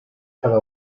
cada